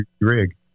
rig